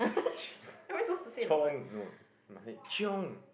chiong no must say chiong